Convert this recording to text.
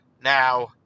Now –